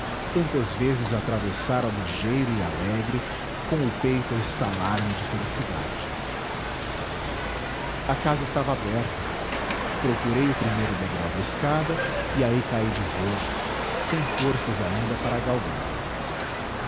tantas vezes atravessara ligeiro e alegre com o peito a estalar me de felicidade a casa estava aberta procurei o primeiro degrau da escada e aí caí de rojo sem forças ainda para